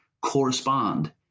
correspond